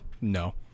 no